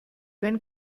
wenn